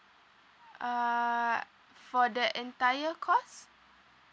uh for the entire course